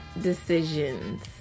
decisions